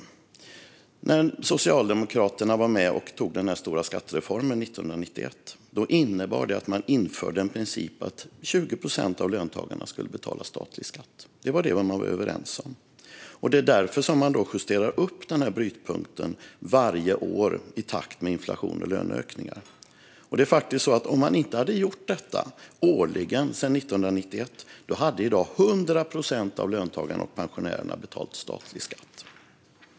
När Socialdemokraterna var med och antog den stora skattereformen 1991 innebar det att man införde en princip att 20 procent av löntagarna skulle betala statlig skatt. Det var det man var överens om, och det är därför man justerar upp brytpunkten varje år i takt med inflation och löneökningar. Om man inte hade gjort detta årligen sedan 1991 hade i dag 100 procent av löntagarna och pensionärerna betalat statlig skatt.